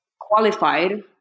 qualified